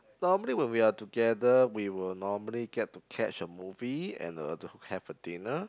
normally when we are together we will normally get to catch a movie and uh to have a dinner